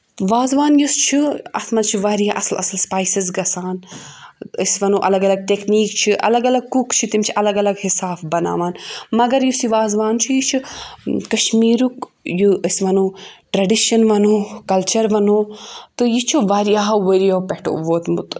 وازوان یُس چھُ اَتھ منٛز چھُ واریاہ اَصٕل اَصٕل سپایسز گژھان أسۍ وَنو الگ الگ ٹیکنیٖک چھِ الگ الگ کُک چھِ تِم چھِ الگ الگ حِساب بَناوان مگر یُس یہِ وازوان چھُ یہِ چھُ کشمیٖرُک یہِ أسۍ وَنو ٹریڈِشَن وَنو کَلچَر وَنو تہٕ یہِ چھُ واریاہو ؤریو پؠٹھو ووتمُت